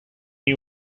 you